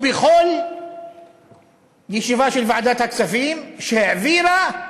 ובכל ישיבה של ועדת הכספים, שהעבירה,